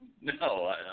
No